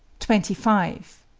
twenty five.